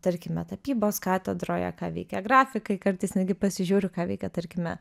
tarkime tapybos katedroje ką veikia grafikai kartais netgi pasižiūriu ką veikia tarkime